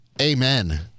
Amen